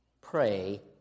pray